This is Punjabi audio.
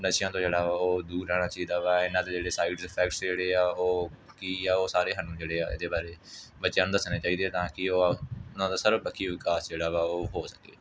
ਨਸ਼ਿਆਂ ਤੋਂ ਜਿਹੜਾ ਵਾ ਉਹ ਦੂਰ ਰਹਿਣਾ ਚਾਹੀਦਾ ਵਾ ਇਹਨਾਂ ਦੇ ਜਿਹੜੇ ਸਾਈਡਸ ਫੈਕਟਸ ਜਿਹੜੇ ਆ ਉਹ ਕੀ ਆ ਉਹ ਸਾਰੇ ਸਾਨੂੰ ਜਿਹੜੇ ਆ ਇਹਦੇ ਬਾਰੇ ਬੱਚਿਆਂ ਨੂੰ ਦੱਸਣੇ ਚਾਹੀਦੇ ਆ ਤਾਂ ਕਿ ਉਹ ਉਹਨਾਂ ਦਾ ਸਰਬ ਪੱਖੀ ਵਿਕਾਸ ਜਿਹੜਾ ਵਾ ਉਹ ਹੋ ਸਕੇ